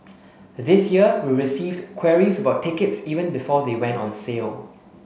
this year we received queries about tickets even before they went on sale